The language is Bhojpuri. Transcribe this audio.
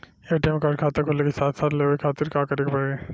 ए.टी.एम कार्ड खाता खुले के साथे साथ लेवे खातिर का करे के पड़ी?